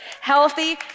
Healthy